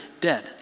dead